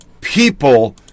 people